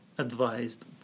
advised